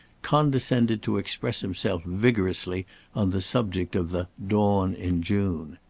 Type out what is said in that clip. condescended to express himself vigorously on the subject of the dawn in june.